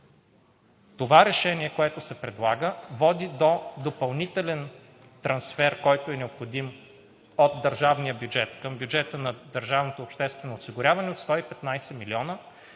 Това решение, което се предлага, води до допълнителен трансфер, който е необходим от държавния бюджет към бюджета на държавното обществено осигуряване от 115 милиона,